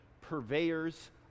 purveyors